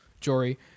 Jory